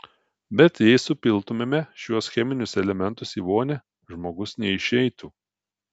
bet jei supiltumėme šiuos cheminius elementus į vonią žmogus neišeitų